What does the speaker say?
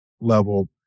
level